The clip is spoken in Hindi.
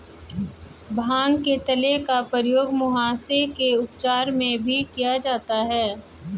भांग के तेल का प्रयोग मुहासे के उपचार में भी किया जाता है